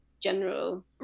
general